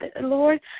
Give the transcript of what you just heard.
Lord